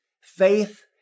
Faith